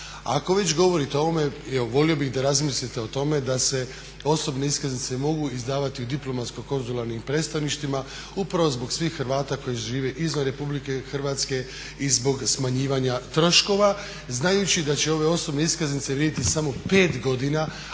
Ako već govorite o ovome, evo volio bih da razmislite o tome da se osobne iskaznice mogu izdavati u diplomatsko konzularnim predstavništvima upravo zbog svih Hrvata koji žive izvan Republike Hrvatske i zbog smanjivanja troškova znajući da će ove osobne iskaznice vrijediti samo 5 godina